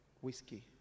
whiskey